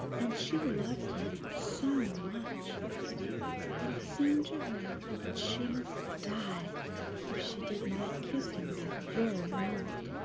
and she loved him so much that it seemed to her that she must die if she did not kiss him that very moment.